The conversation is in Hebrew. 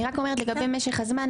אני רק אומרת לגבי משך הזמן,